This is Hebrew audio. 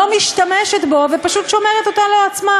לא משתמשת בו ופשוט שומרת אותו לעצמה,